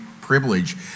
privilege